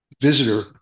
visitor